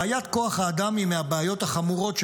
בעיית כוח האדם היא מהבעיות החמורות שלנו,